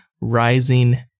rising